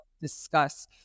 discuss